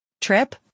Trip